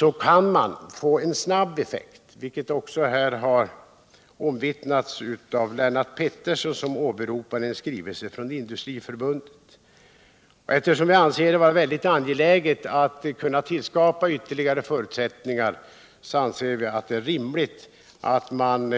Detta har också omvittnats här av Lennart Pettersson, som i det stycket åberopade en skrivelse från Industriförbundet. Eftersom vi anser det vara mycket angeläget att skapa ytterligare förutsättningar, tycker vi att det är rimligt att man